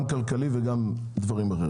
גם כללי וגם דברים אחרים.